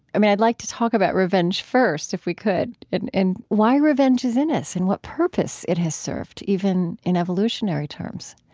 i mean, i'd like to talk about revenge first, if we could, and why revenge is in us and what purpose it has served even in evolutionary terms